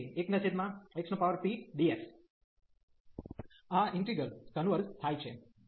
આ integral converge થાય છે